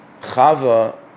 Chava